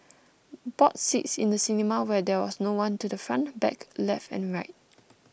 bought seats in the cinema where there was no one to the front back left and right